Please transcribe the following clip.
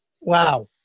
Wow